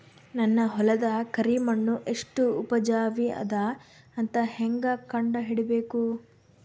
ನನ್ನ ಹೊಲದ ಕರಿ ಮಣ್ಣು ಎಷ್ಟು ಉಪಜಾವಿ ಅದ ಅಂತ ಹೇಂಗ ಕಂಡ ಹಿಡಿಬೇಕು?